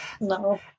no